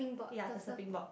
yea the surfing board